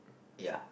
ya